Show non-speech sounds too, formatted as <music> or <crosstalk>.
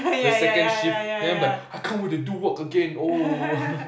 the second shift then I'll be like I can't wait to do work again oh <laughs>